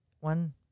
One